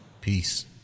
peace